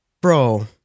bro